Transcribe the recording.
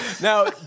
Now